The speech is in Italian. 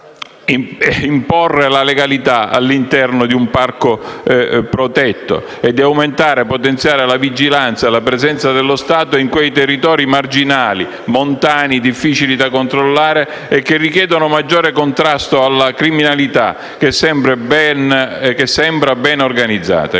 e imporre la legalità all'interno di un parco protetto; in secondo luogo, di potenziare la vigilanza e la presenza dello Stato in quei territori marginali, montani, difficili da controllare, che richiedono maggiore contrasto alla criminalità, che sembra ben organizzata.